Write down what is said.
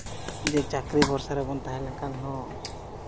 ᱡᱮ ᱪᱟᱹᱠᱨᱤ ᱵᱷᱚᱨᱥᱟ ᱨᱮᱵᱚᱱ ᱛᱟᱦᱮᱸ ᱞᱮᱱᱠᱷᱟᱱ ᱦᱚᱸ